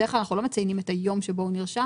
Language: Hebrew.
בדרך כלל אנחנו לא מציינים את היום שבו הוא נרשם.